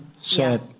Sad